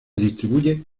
distribuye